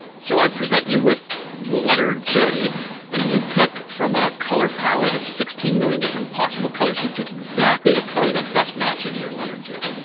so i present you with the letter j and you pick from a colour palette of sixteen million different possible colours, you pick exactly the colour that best matches your letter j.